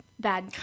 bad